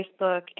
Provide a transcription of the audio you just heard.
Facebook